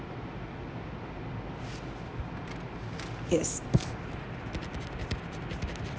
yes